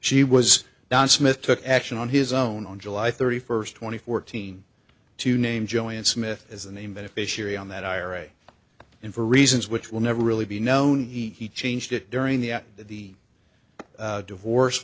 she was don smith took action on his own on july thirty first twenty fourteen to name joanne smith as the name beneficiary on that ira and for reasons which will never really be known he changed it during the at the divorce